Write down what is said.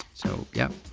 so yeah.